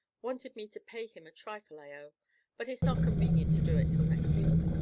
wanted me to pay him a trifle i owe but it's not convenient to do it till next week.